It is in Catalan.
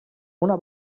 una